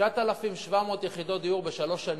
9,700 יחידות דיור בשלוש שנים.